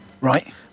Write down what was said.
Right